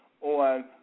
on